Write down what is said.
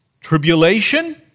Tribulation